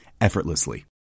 effortlessly